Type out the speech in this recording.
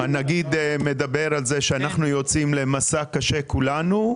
הנגיד מדבר על זה שאנחנו יוצאים למסע קשה כולנו,